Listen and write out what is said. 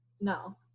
no